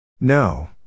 No